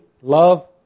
love